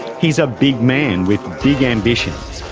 he's a big man with big ambitions,